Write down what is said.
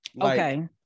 Okay